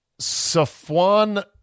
Safwan